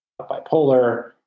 bipolar